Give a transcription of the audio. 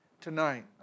Tonight